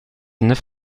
neuf